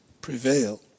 prevail